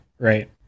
Right